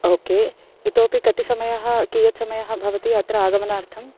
okay इतोऽपि कति समयः कियत् समयः भवति अत्र आगमनार्थम्